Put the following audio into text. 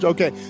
Okay